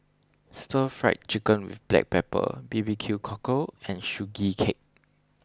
Stir Fried Chicken with Black Pepper B B Q Cockle and Sugee Cake